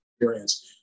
experience